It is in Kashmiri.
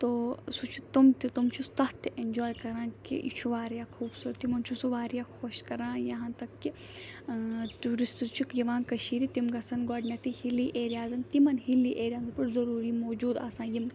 تو سُہ چھُ تِم تہِ تِم چھِ تَتھ تہِ ایٚنجواے کَران کہِ یہِ چھُ واریاہ خوٗبصوٗرت تِمَن چھُ سُہ واریاہ خۄش کَران یہاں تک کہ ٲں ٹیوٗرِسٹٕز چھُکھ یِوان کٔشیٖرِ تِم گَژھان گۄڈٕنیٚتھٕے ہِلی ایریازَن تِمَن ہِلی ایریازَن پٮ۪ٹھ ضروٗری موٗجوٗد آسان یِم